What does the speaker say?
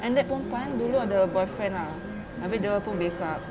and that perempuan dulu ada boyfriend lah abeh dia pun break up